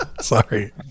Sorry